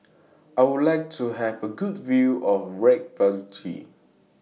I Would like to Have A Good View of Reykjavik